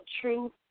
truth